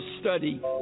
study